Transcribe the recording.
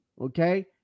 Okay